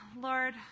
Lord